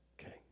Okay